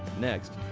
next,